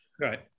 Right